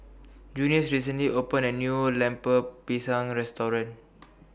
Junius recently opened A New Lemper Pisang Restaurant